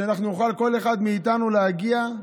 כדי שאנחנו נוכל, כל אחד מאיתנו, להגיע,